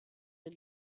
den